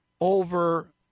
over